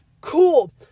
cool